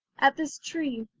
at this tree.